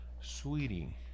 sweetie